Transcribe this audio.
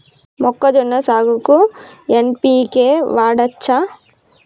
మొక్కజొన్న సాగుకు ఎన్.పి.కే వాడచ్చా?